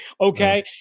Okay